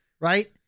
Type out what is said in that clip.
right